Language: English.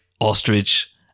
ostrich